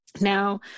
Now